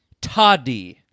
toddy